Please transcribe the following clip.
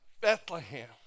Bethlehem